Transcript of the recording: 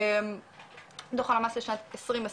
דוח הלמ"ס לשנת 2020,